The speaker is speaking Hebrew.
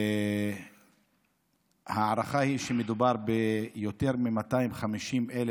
ההערכה היא שמדובר ביותר מ-250,000